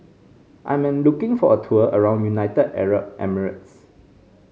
I am looking for a tour around United Arab Emirates